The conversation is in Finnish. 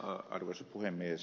arvoisa puhemies